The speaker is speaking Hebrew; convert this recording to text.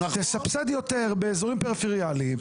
תסבסד יותר באזורים פריפריאליים.